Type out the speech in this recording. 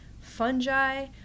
fungi